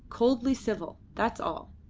coldly civil. that's all.